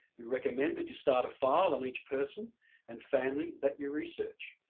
we recommend that you start a file on each person and family that you research,